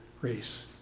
race